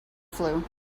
flu